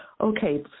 Okay